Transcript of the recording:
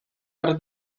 per